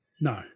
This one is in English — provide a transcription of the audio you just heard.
No